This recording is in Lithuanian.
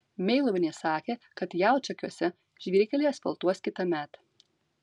meiluvienei sakė kad jaučakiuose žvyrkelį asfaltuos kitąmet